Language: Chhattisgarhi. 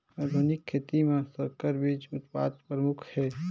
आधुनिक खेती म संकर बीज उत्पादन प्रमुख हे